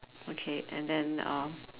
okay and then uh